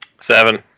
Seven